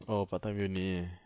oh part time uni